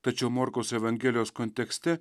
tačiau morkaus evangelijos kontekste